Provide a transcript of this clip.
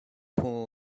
pool